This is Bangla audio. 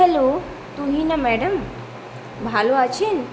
হ্যালো তুহিনা ম্যাডাম ভালো আছেন